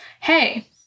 Hey